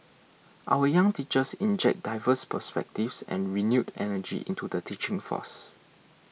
our young teachers inject diverse perspectives and renewed energy into the teaching force